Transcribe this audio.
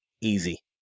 Easy